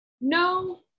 No